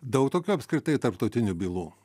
daug tokių apskritai tarptautinių bylų